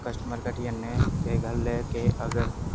customer घटी जाने ते गल्ल एह् के अगर